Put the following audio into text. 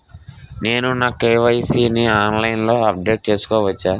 నేను నా కే.వై.సీ ని ఆన్లైన్ లో అప్డేట్ చేసుకోవచ్చా?